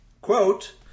quote